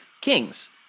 kings